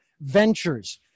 ventures